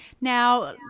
Now